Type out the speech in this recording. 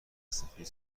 سفید